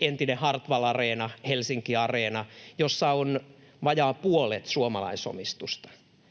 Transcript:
entinen Hartwall Arena, Helsinki-areena, jossa on vajaa puolet suomalaisomistusta